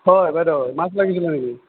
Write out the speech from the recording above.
হয় বাইদেউ মাছ লাগিছিল নেকি